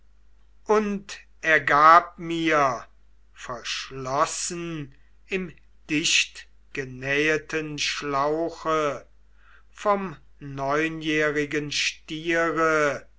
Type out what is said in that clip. und er gab mir verschlossen im dichtgenäheten schlauche vom neunjährigen stiere